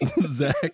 Zach